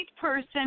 person